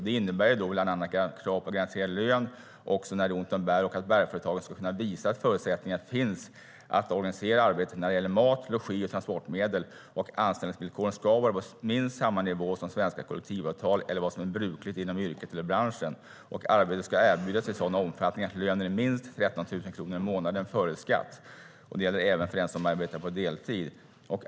Det innebär bland annat krav på garanterad lön också när det är ont om bär och att bärföretaget ska kunna visa att förutsättningar finns att organisera arbetet när det gäller mat, logi och transportmedel. Anställningsvillkoren ska vara på minst samma nivå som i svenska kollektivavtal eller vad som är brukligt inom yrket eller branschen. Arbetet ska erbjudas i sådan omfattning att lönen är minst 13 000 kronor i månaden före skatt. Det gäller även för en som arbetar deltid.